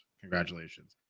congratulations